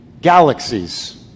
galaxies